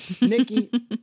Nikki